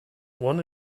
one